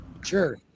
Sure